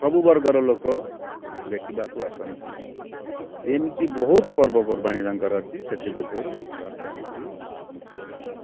ସବୁ ବର୍ଗର ଲୋକ ଦେଖିବାକୁ ଆସନ୍ତି ଏମତି ବହୁତ ପର୍ବପର୍ବାଣି ତାଙ୍କର ଅଛି ସେଥିମଧ୍ୟରୁ ରଥଯାତ୍ରା ହେଉଛି ମୁଖ୍ୟ